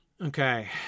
Okay